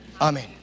Amen